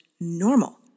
normal